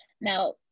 Now